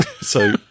So-